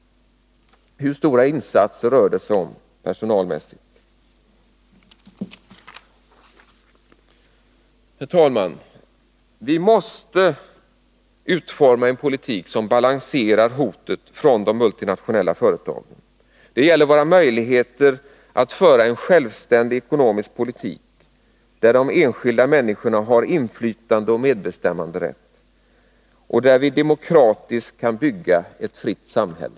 Hur stora insatser rör det sig om personalmässigt? Herr talman! Vi måste utforma en politik som balanserar hotet från de multinationella företagen. Det gäller våra möjligheter att föra en självständig ekonomisk politik, där de enskilda människorna har inflytande och medbestämmanderätt och där vi demokratiskt kan bygga ett fritt samhälke.